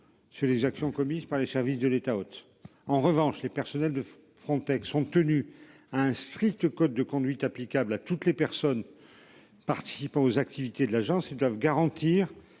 Sur les actions commises par les services de l'État hôte en revanche les personnels de Frontex sont tenus à un strict code de conduite applicable à toutes les personnes. Participant aux activités de l'agence, ils doivent garantir